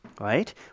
Right